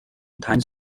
times